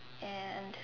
and